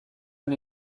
han